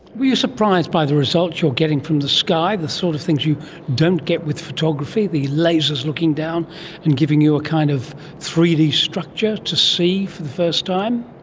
were you surprised by the results you're getting from the sky, the sorts sort of things you don't get with photography, the lasers looking down and giving you a kind of three d structure to see for the first time?